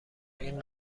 این